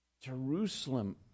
Jerusalem